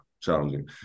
challenging